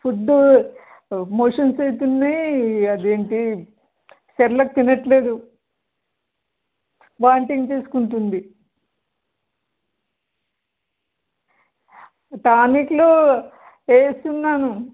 food motions అవుతున్నాయి అదేంటి Cerelac తినట్లేదు వామిటింగ్ చేసుకుంటుంది టానిట్లు వేస్తున్నాను